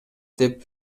деп